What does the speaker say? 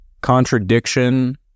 Contradiction